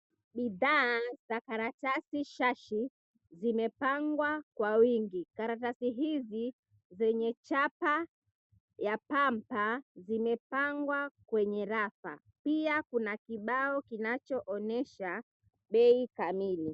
Bidhaa za karatasi shashi zimepangwa kwa wingi karatasi hizi zenye chapa ya pampa zimepangwa kwenye rafa pia kuna kibao kinachoonesha bei kamili.